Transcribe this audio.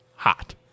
hot